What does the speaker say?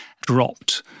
dropped